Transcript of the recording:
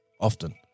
often